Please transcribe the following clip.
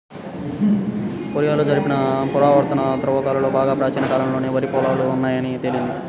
కొరియాలో జరిపిన పురావస్తు త్రవ్వకాలలో బాగా ప్రాచీన కాలంలోనే వరి పొలాలు ఉన్నాయని తేలింది